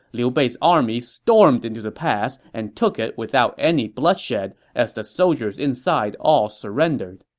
liu bei's army stormed into the pass and took it without any bloodshed as the soldiers inside all surrendered.